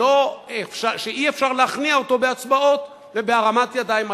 שאי-אפשר להכניע אותו בהצבעות ובהרמת ידיים.